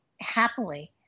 happily